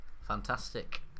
fantastic